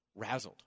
razzled